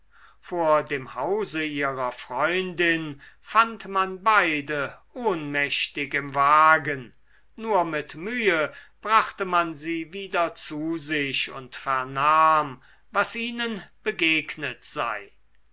vor dem hause ihrer freundin fand man beide ohnmächtig im wagen nur mit mühe brachte man sie wieder zu sich und vernahm was ihnen begegnet sei